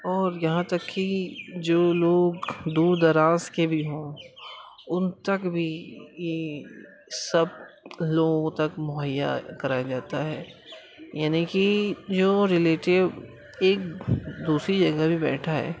اور یہاں تک کہ جو لوگ دور دراز کے بھی ہوں ان تک بھی یہ سب لوگوں تک مہیا کرایا جاتا ہے یعنی کہ جو ریلیٹیو ایک دوسری جگہ بھی بیٹھا ہے